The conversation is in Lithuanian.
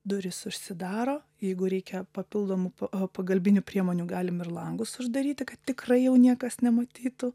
durys užsidaro jeigu reikia papildomų pa pagalbinių priemonių galim ir langus uždaryti kad tikrai jau niekas nematytų